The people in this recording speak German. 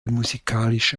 musikalische